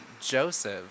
Joseph